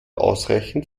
ausreichend